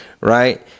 right